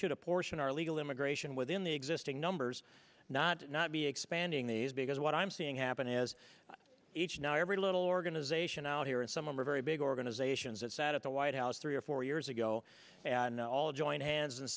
should apportion our legal immigration within the existing numbers not not be expanding these because what i'm seeing happen is each now every little organization out here and some a very big organizations that sat at the white house three or four years ago and all join hands and